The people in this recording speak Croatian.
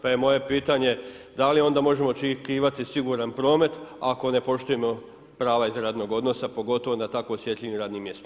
Pa je moje pitanje da li onda možemo očekivati siguran promet ako ne poštujemo prava iz radnog odnosa pogotovo na tako osjetljivim radnim mjestima.